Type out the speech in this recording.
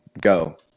go